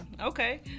Okay